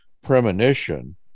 premonition